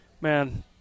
man